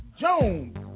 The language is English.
Jones